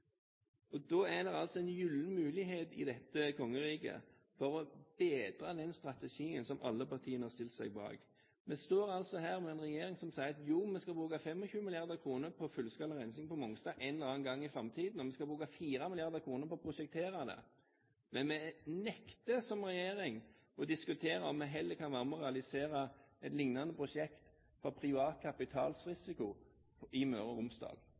realiseres. Da er det en gyllen mulighet for dette kongeriket til å bedre den strategien som alle partiene har stilt seg bak. Vi står altså her med en regjering som sier at jo, vi skal bruke 25 mrd. kr på fullskala rensing på Mongstad en eller annen gang i framtiden, og vi skal bruke 4 mrd. kr på å prosjektere det, men vi nekter som regjering å diskutere om vi heller kan være med og realisere et lignende prosjekt for privat kapitalrisiko i Møre og Romsdal.